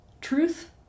Truth